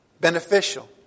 beneficial